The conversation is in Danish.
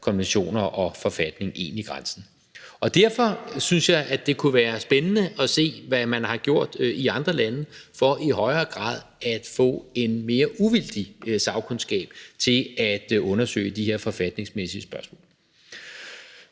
konventioner og forfatning egentlig grænsen? Derfor synes jeg, det kunne være spændende at se, hvad man har gjort i andre lande for i højere grad at få en mere uvildig sagkundskab til at undersøge de her forfatningsmæssige spørgsmål.